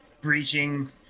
breaching